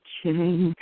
chain